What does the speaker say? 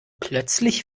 plötzlich